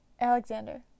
Alexander